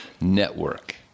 network